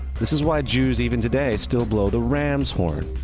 this is why jews even today still blow the ram's horn.